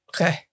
Okay